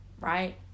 Right